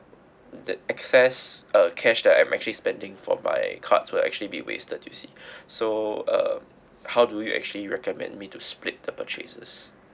that excess uh cash that I'm actually spending for my card will actually be wasted you see so um how do you actually recommend me to split the purchases